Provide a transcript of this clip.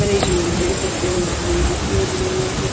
घरै ई चलांदे जि'यां कच्चे मकान न उत्थै ते जेह्ड़े ओह् उसी केह्